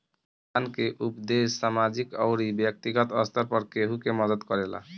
दान के उपदेस सामाजिक अउरी बैक्तिगत स्तर पर केहु के मदद करेला